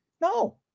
No